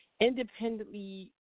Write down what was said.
independently